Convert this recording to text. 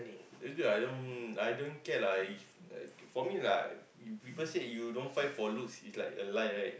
the girl I don't I don't care lah if uh for me lah people say you don't find for looks is like a lie right